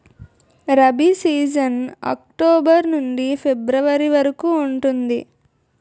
rabi season October నుండి ఫిబ్రవరి వరకు ఉంటుంది